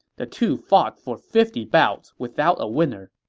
the two fought for fifty bouts without a winner.